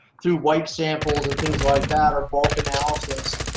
through wipe samples and things like that or bulk analysis,